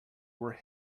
were